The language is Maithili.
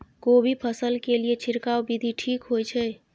कोबी फसल के लिए छिरकाव विधी ठीक होय छै?